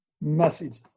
message